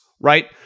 right